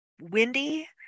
windy